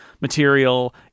material